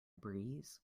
breeze